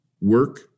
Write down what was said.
Work